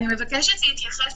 אני מבקשת להתייחס